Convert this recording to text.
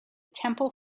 temple